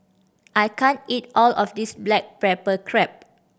I can't eat all of this black pepper crab